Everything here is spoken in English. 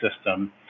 system